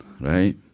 right